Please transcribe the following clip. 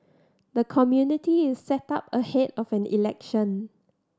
the community is set up ahead of an election